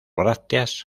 brácteas